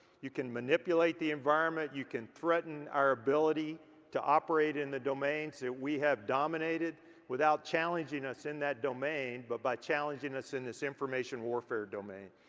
you can manipulate the environment. you can threaten our ability to operate in the domains that we have dominated without challenging us in that domain, but by challenging us in this information warfare domain.